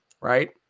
Right